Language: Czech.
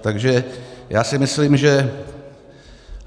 Takže si myslím, že